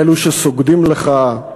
אלו שסוגדים לך,